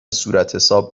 صورتحساب